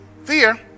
Fear